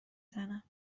زنم